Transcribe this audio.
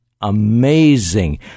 Amazing